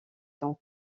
sont